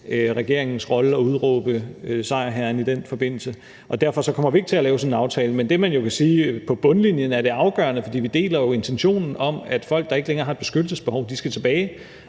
regeringens rolle at udråbe sejrherren i den forbindelse. Derfor kommer vi ikke til at lave sådan aftale. Vi deler jo intentionen om, at folk, der ikke længere har et beskyttelsesbehov, skal tilbage